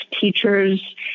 teachers